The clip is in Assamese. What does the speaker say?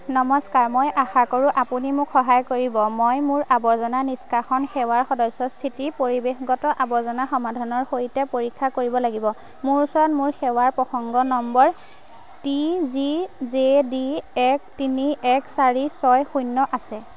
নমস্কাৰ মই আশা কৰোঁ আপুনি মোক সহায় কৰিব মই মোৰ আৱৰ্জনা নিষ্কাশন সেৱাৰ সদস্য স্থিতি পৰিৱেশগত আৱৰ্জনা সমাধানৰ সৈতে পৰীক্ষা কৰিব লাগিব মোৰ ওচৰত মোৰ সেৱাৰ প্ৰসংগ number T G J D এক তিনি এক চাৰি ছয় শূন্য আছে